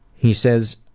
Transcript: he says,